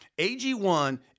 AG1